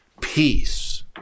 Peace